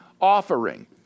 offering